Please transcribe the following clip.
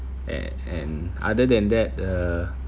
eh and other than that uh